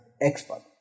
expert